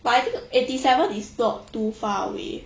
but I think eighty seven is not too far away